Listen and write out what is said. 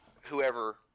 whoever